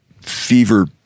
fever